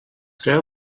creu